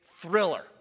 thriller